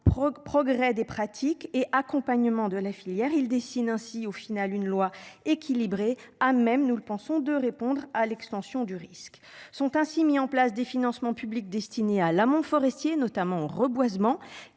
Prog'progrès des pratiques et accompagnement de la filière il dessine ainsi au final une loi équilibrée a même nous le pensons, de répondre à l'extension du risque sont ainsi mis en place des financements publics destinés à l'amont forestiers notamment au reboisement